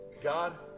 God